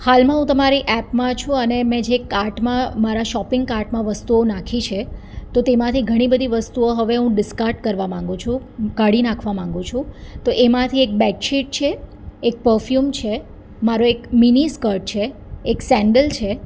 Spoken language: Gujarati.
હાલમાં હું તમારી એપમાં છું અને મેં જે કાર્ટમાં મારા શોપિંગ કાર્ટમાં વસ્તુઓ નાખી છે તો તેમાંથી ઘણી બધી વસ્તુઓ હવે હું ડિસકાર્ડ કરવા માગું છું કાઢી નાખવા માંગું છું તો એમાંથી એક બેડશીટ છે એક પફ્યુમ છે મારો એક મિનિ સ્કટ છે એક સેન્ડલ છે